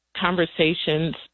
conversations